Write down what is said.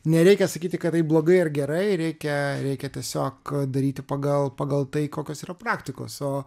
nereikia sakyti kad taip blogai ar gerai reikia reikia tiesiog daryti pagal pagal tai kokios yra praktikos o